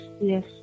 yes